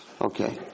Okay